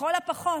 לכל הפחות.